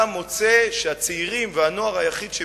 אתה מוצא שהצעירים והנוער היחידים